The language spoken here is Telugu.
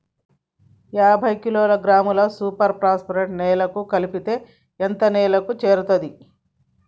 యాభై కిలోగ్రాముల సూపర్ ఫాస్ఫేట్ నేలలో కలిపితే ఎంత నేలకు చేరుతది?